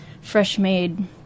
fresh-made